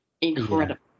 incredible